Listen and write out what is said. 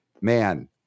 man